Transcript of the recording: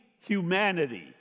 humanity